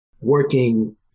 working